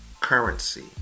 currency